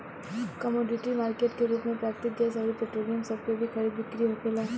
commodity market के रूप में प्राकृतिक गैस अउर पेट्रोलियम सभ के भी खरीद बिक्री होखेला